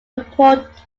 import